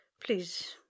please